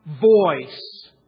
voice